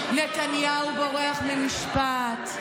"נתניהו בורח ממשפט".